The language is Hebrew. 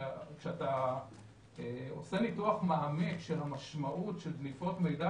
וכשאתה עושה ניתוח מעמיק של המשמעות של דליפות מידע